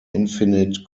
infinite